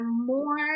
more